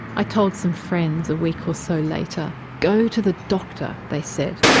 i told some friends a week or so later. go to the doctor they said.